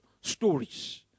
stories